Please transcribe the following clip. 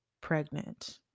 pregnant